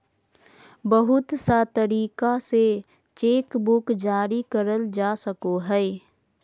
बहुत सा तरीका से चेकबुक जारी करल जा सको हय